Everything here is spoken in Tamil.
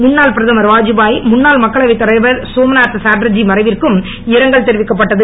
முன்னாள் பிரதமர் வாத்பாய் முன்னாள் மக்களவைத் தலைவர் சோம்நாத் சாட்டர்ஜி மறைவிற்கும் இரங்கல் தெரிவிக்கப்பட்டது